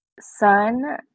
son